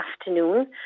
afternoon